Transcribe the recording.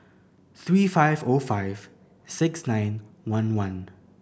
three five O five six nine one one